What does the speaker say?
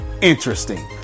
Interesting